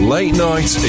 Late-night